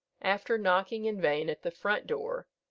after knocking in vain at the front door,